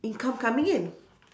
income coming in